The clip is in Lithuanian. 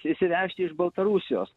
įsivežti iš baltarusijos